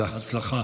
בהצלחה.